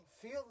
feel